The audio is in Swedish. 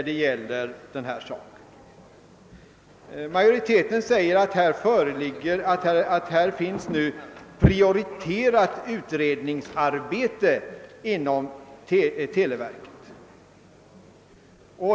Utskottsmajoriteten säger att dessa frågor utreds med prioritet inom televerket.